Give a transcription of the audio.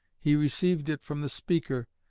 he received it from the speaker,